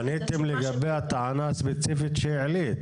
פניתם לגבי הטענה הספציפית שהעלית?